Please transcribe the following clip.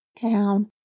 Town